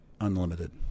unlimited